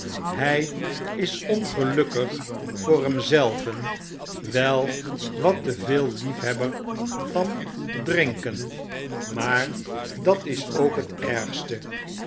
hy is ongelukkig voor hem zelven wel wat te veel liefhebber van drinken maar dat is ook het ergste